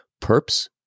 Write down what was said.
perps